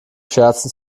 scherzen